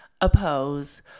oppose